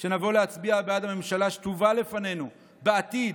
שנבוא להצביע בעד הממשלה שתובא לפנינו בעתיד,